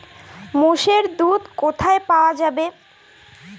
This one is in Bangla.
মোষের দুধ কোথায় পাওয়া যাবে?